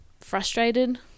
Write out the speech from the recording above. frustrated